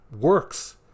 works